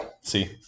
See